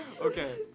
Okay